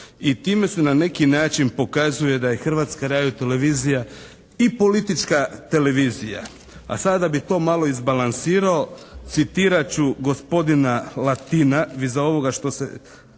i time se na neki način pokazuje da je Hrvatska radio-televizija i politička televizija. A sada bi to malo izbalansirao. Citirat ću gospodina Latina vis a ovoga što se